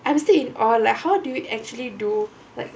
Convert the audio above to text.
I'm still in awe like how do you actually do like